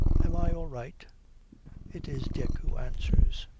am i all right it is dick who answers.